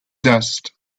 dust